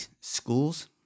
schools